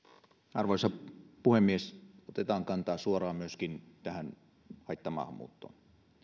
arvoisa puhemies otetaan kantaa suoraan myöskin tähän haittamaahanmuuttoon